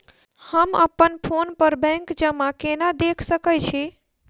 हम अप्पन फोन पर बैंक जमा केना देख सकै छी?